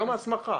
מיום ההסמכה.